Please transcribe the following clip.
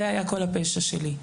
זה היה כל הפשע שלי.